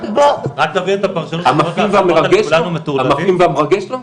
המפעים והמרגש לא?